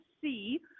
see